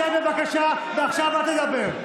שב, בבקשה, ועכשיו אל תדבר.